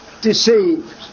deceived